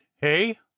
hey